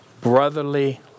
brotherly